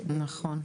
נכון.